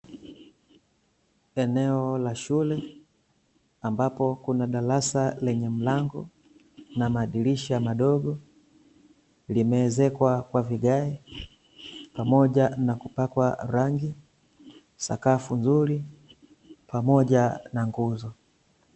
Eneo la shule ambapo kuna darasa lenye mlango na madirisha madogo, limeezekwa kwa vigae pamoja na kupakwa rangi, sakafu nzuri pamoja na nguzo.